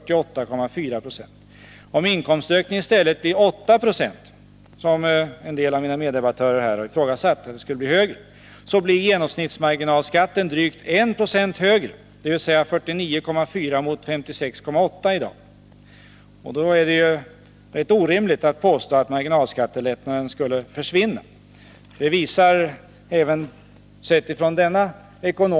Om inkomstökningen i stället blir 8 20 — en del av mina meddebattörer har ju ifrågasatt om inte ökningen kommer att bli större än 5,5 20 — blir den genomsnittliga marginalskatten drygt 190 högre, dvs. 49,4 96 mot i dag 56,8 20. Mot denna bakgrund är det orimligt att påstå att marginalskattelättnaderna skulle försvinna.